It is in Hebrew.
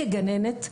כגננת,